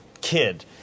kid